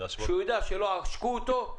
שהוא יידע שלא עשקו אותו,